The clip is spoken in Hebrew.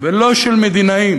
ולא של מדינאים,